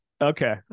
Okay